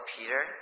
Peter